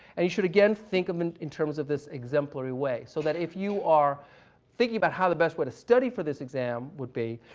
and you should again think and in terms of this exemplary way, so that if you are thinking about how the best way to study for this exam would be,